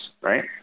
right